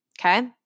okay